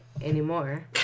anymore